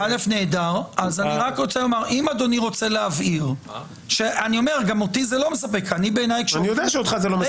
אותי זה לא מספק --- אני יודע שאותך זה לא מספק.